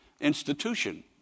institution